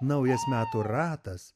naujas metų ratas